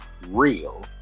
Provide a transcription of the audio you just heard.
real